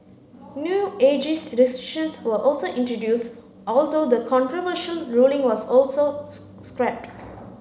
new ageist restrictions were also introduced although the controversial ruling was also scrapped